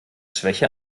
schwäche